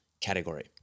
category